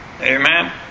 Amen